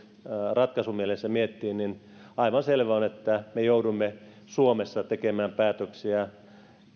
ratkaisumielessä miettii niin aivan selvää on että me joudumme suomessa tekemään päätöksiä